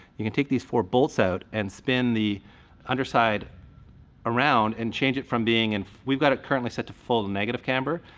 you can take these four bolts out and spin the underside around, and change it from being in, we've got it currently set to full negative camber,